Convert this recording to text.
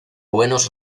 buenos